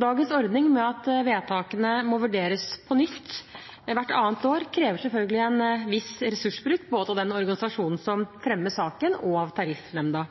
Dagens ordning med at vedtakene må vurderes på nytt hvert annet år, krever selvfølgelig en viss ressursbruk, både av den organisasjonen som fremmer saken, og av Tariffnemnda.